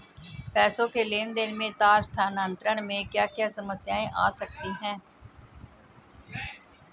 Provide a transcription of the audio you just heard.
पैसों के लेन देन में तार स्थानांतरण में क्या क्या समस्याएं आ सकती हैं?